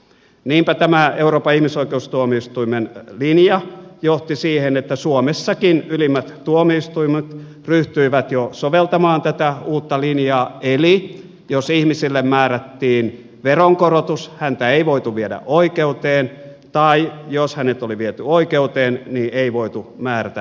niinpä tämä euroopan ihmisoikeustuomioistuimen linja johti siihen että suomessakin ylimmät tuomioistuimet ryhtyivät jo soveltamaan tätä uutta linjaa eli jos ihmiselle määrättiin veronkorotus häntä ei voitu viedä oikeuteen tai jos hänet oli viety oikeuteen niin ei voitu määrätä veronkorotusta